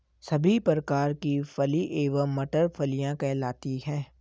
सभी प्रकार की फली एवं मटर फलियां कहलाती हैं